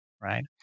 right